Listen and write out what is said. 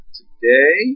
today